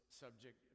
subject